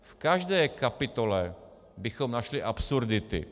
V každé kapitole bychom našli absurdity.